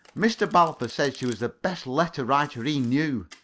mr. balfour said she was the best letter-writer he knew.